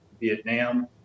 Vietnam